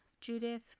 Judith